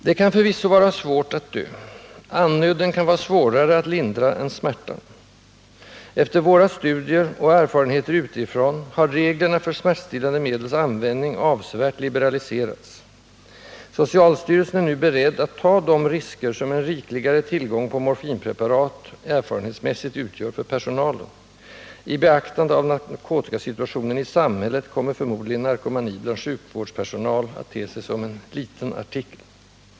Det kan förvisso vara svårt att dö. Andnöden kan vara svårare att lindra än smärtan. Efter våra studier och erfarenheter utifrån har reglerna för smärtstillande medels användning avsevärt liberaliserats. Socialstyrelsen är nu beredd att ta de risker som en rikligare tillgång till morfinpreparat erfarenhetsmässigt utgör för personalen. I beaktande av narkotikasituationen i samhället kommer förmodligen narkomani bland sjukhuspersonal ändå att te sig som en liten artikel.